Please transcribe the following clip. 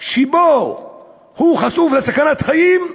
שבו הוא חשוף לסכנת חיים,